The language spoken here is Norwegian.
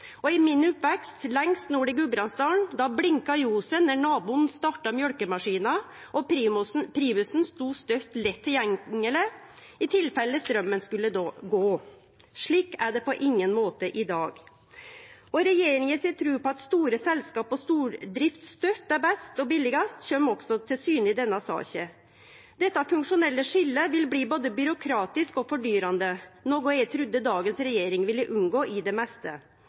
I min oppvekst lengst nord i Gudbrandsdalen blinka ljoset då naboen starta mjølkemaskina, og primusen stod støtt lett tilgjengeleg i tilfelle straumen skulle gå. Slik er det på ingen måte i dag. Trua regjeringa har på at store selskap og stordrift støtt er best og billigast, kjem også til syne i denne saka. Dette funksjonelle skiljet vil bli både byråkratisk og fordyrande, noko eg trudde dagens regjering ville unngå i det meste.